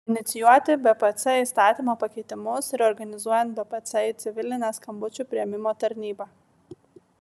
inicijuoti bpc įstatymo pakeitimus reorganizuojant bpc į civilinę skambučių priėmimo tarnybą